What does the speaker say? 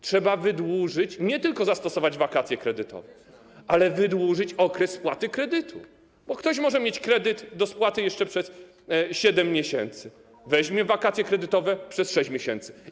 Trzeba nie tylko zastosować wakacje kredytowe, ale też wydłużyć okres spłaty kredytu, bo ktoś może mieć kredyt do spłaty jeszcze przez 7 miesięcy, skorzysta z wakacji kredytowych przez 6 miesięcy.